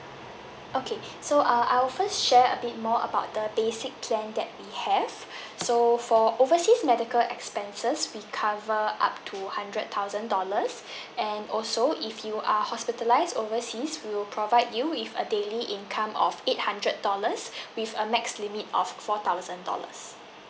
okay so err I will first share a bit more about the basic plan that we have so for overseas medical expenses we cover up to hundred thousand dollars and also if you are hospitalise overseas we will provide you with a daily income of eight hundred dollars with a max limit of four thousand dollars